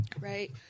right